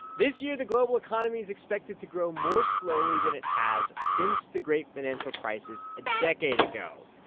this year, the global economy is expected to grow more slowly than it has since the great financial crisis a decade ago.